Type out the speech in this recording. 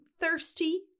thirsty